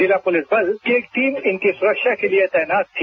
जिला पुलिस बल की एक टीम इनकी सुरक्षा के लिए तैनात थी